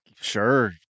sure